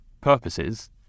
purposes